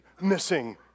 missing